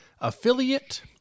Affiliate